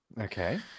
Okay